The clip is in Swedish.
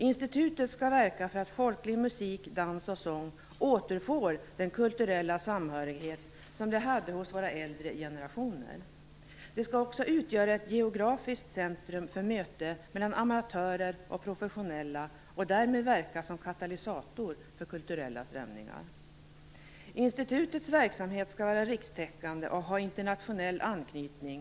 Institutet skall verka för att folklig musik, dans och sång återfår den kulturella samhörighet de hade hos våra äldre generationer. Det skall också utgöra ett geografiskt centrum för möte mellan amatörer och professionella och därmed verka som katalysator för kulturella strömningar. Institutets verksamhet skall vara rikstäckande och ha internationell anknytning.